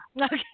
Okay